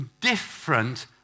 different